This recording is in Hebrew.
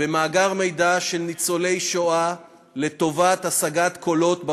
במאגר מידע על ניצולי שואה לטובת השגת קולות בבחירות.